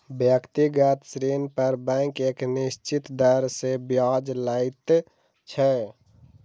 व्यक्तिगत ऋण पर बैंक एक निश्चित दर सॅ ब्याज लैत छै